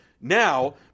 now